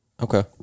okay